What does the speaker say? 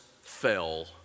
fell